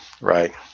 Right